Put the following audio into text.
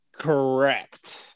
Correct